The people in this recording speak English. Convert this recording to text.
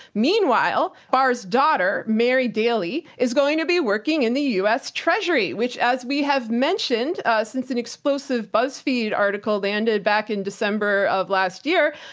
meanwhile, barr's daughter, mary daly is going to be working in the us treasury, which as we have mentioned since an explosive buzzfeed article that landed back in december of last year,